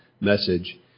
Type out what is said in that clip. message